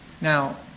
Now